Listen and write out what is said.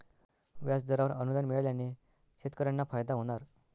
व्याजदरावर अनुदान मिळाल्याने शेतकऱ्यांना फायदा होणार